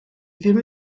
ddim